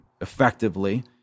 effectively